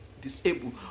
disabled